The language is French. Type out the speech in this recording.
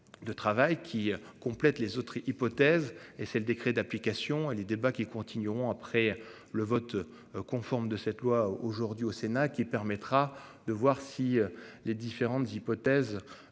de travail qui complète les autres hypothèses et c'est le décret d'application et les débats qui continueront après le vote conforme de cette loi aujourd'hui au Sénat qui permettra de voir si les différentes hypothèses.